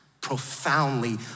Profoundly